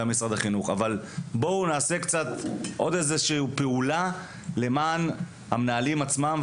אבל בואו ונעשה עוד איזו שהיא פעולה למען המנהלים עצמם,